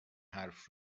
حرف